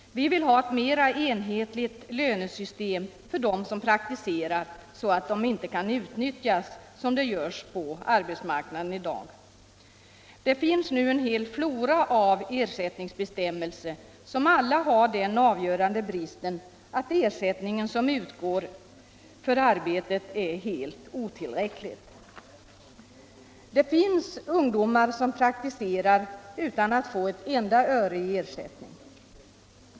Vi vill ha ett mera enhetligt lönesystem för dem som praktiserar, så att de inte kan utnyttjas så som det görs på arbetsmarknaden i dag. Nu förekommer en hel flora av ersättningsbestämmelser, som alla har den avgörande bristen att den ersättning som utgår för arbetet är helt otillräcklig. Det finns ungdomar som praktiserar utan att få ett enda öre i ersättning.